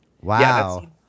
Wow